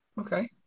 Okay